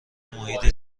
محیط